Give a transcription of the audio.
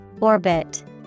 Orbit